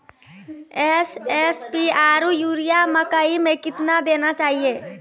SSP आरु urea मकई मे कितना देना चाहिए?